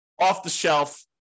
off-the-shelf